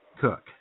cook